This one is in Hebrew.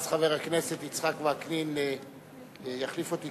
ואז חבר הכנסת יצחק וקנין יחליף אותי,